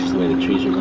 way the trees